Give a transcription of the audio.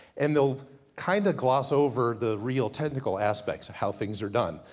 and they'll kind of gloss over, the real technical aspects of how things are done.